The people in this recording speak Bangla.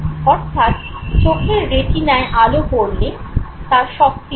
অর্থাৎ চোখের রেটিনায় আলো পড়লে তা সক্রিয় হয়